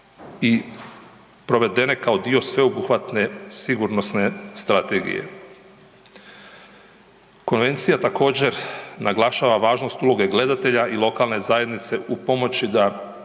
i provedene kao dio sveobuhvatne sigurnosne strategije. Konvencija također, naglašava važnost uloge gledatelja i lokalne zajednice u pomoći da